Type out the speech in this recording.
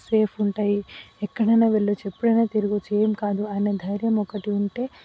safe ఉంటాయి ఎక్కడైనా వెళ్ళచ్చు ఎప్పుడైనా తిరగొచ్చు ఏం కాదు అనే దైర్యం ఒకటి ఉంటే